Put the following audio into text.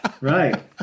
right